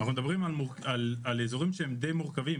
אנחנו מדברים על אזורים שהם די מורכבים,